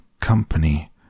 company